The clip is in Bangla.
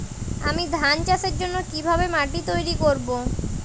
আমি ধান চাষের জন্য কি ভাবে মাটি তৈরী করব?